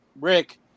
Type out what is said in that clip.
Rick